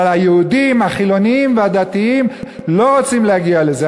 אבל היהודים החילונים והדתיים לא רוצים להגיע לזה.